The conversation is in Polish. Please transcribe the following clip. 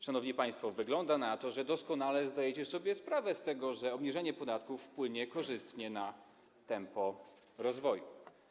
Szanowni państwo, wygląda na to, że doskonale zdajecie sobie sprawę z tego, że obniżenie podatków wpłynie korzystnie na tempo rozwoju.